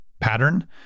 pattern